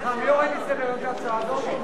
מי הוריד מסדר-היום את ההצעה הזאת?